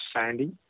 sandy